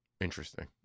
Interesting